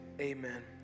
amen